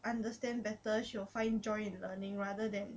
understand better she will find joy in learning rather than